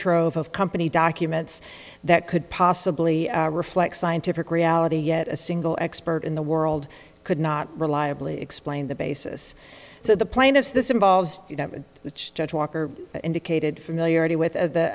trove of company documents that could possibly reflect scientific reality yet a single expert in the world could not reliably explain the basis so the plaintiffs this involves which judge walker indicated familiarity with